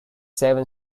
seven